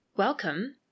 Welcome